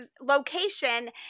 location